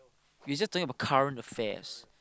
we just talking about current affairs